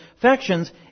factions